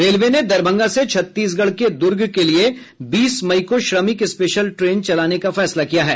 railway ने दरभंगा से छत्तीसगढ़ के दूर्ग के लिये बीस मई को श्रमिक स्पेशल ट्रेन चलाने का फैसला किया है